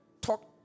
talk